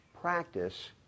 practice